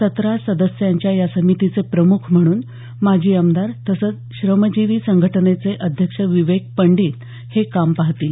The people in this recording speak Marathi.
सतरा सदस्यांच्या या समितीचे प्रमुख म्हणून माजी आमदार तसंच श्रमजीवी संघटनेचे अध्यक्ष विवेक पंडित हे काम पाहतील